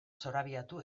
zorabiatu